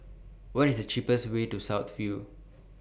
What IS The cheapest Way to South View